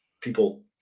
people